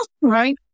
right